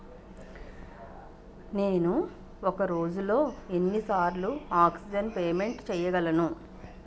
నేను ఒక రోజులో ఎన్ని సార్లు ఆన్లైన్ పేమెంట్ చేయగలను?